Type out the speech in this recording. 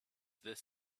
this